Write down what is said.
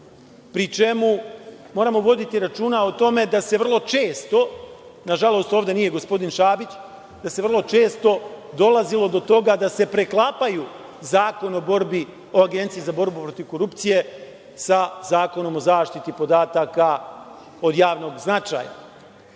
pri čemu moramo voditi računa o tome da se vrlo često, nažalost ovde nije gospodin Šabić, da se vrlo često dolazilo do toga da se preklapaju Zakon o Agenciji za borbu protiv korupcije i Zakon o zaštiti podataka od javnog značaja.